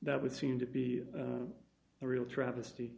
that would seem to be the real travesty